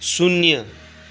शून्य